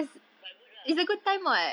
but good lah ya